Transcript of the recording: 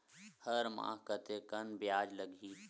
हर माह कतेकन ब्याज लगही?